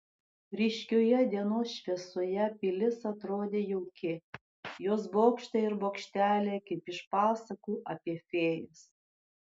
ryškioje dienos šviesoje pilis atrodė jauki jos bokštai ir bokšteliai kaip iš pasakų apie fėjas